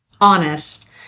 honest